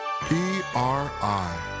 PRI